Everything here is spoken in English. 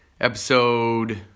episode